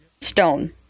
stone